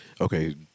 okay